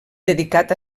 dedicat